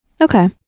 Okay